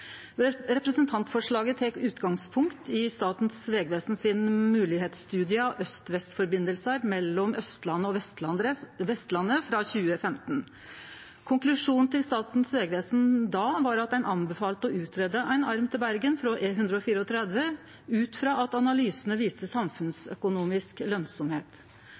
Representantforslaget tek utgangspunkt i moglegheitstudien til Statens vegvesen om aust–vest-samband mellom Austlandet og Vestlandet frå 2015. Konklusjonen til Statens vegvesen då var at ein anbefalte å greie ut ein arm til Bergen frå E134, ut frå at analysane viste samfunnsøkonomisk